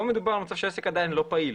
כאן מדובר על מצב בו העסק עדיין לא פעיל.